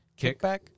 kickback